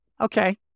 okay